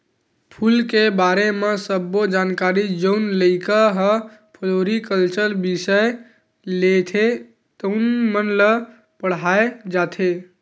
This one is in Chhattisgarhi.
फूल के बारे म सब्बो जानकारी जउन लइका ह फ्लोरिकलचर बिसय लेथे तउन मन ल पड़हाय जाथे